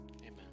amen